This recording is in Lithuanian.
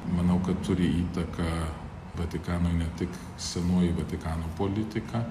manau kad turi įtaką vatikanui ne tik senoji vatikano politika